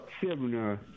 seven